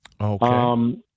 Okay